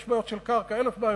יש בעיות של קרקע, אלף בעיות.